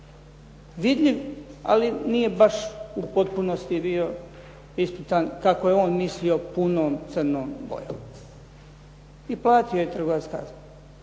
Vidljiv, ali nije baš u potpunosti bio ispisan kako je on mislio punom crnom bojom. I platio je trgovac kaznu.